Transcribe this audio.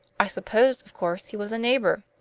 i supposed, of course, he was a neighbor.